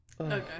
Okay